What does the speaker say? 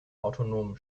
autonomen